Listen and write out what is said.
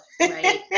Right